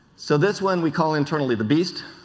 so this one we call internally the beast.